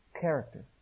character